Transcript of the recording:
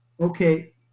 okay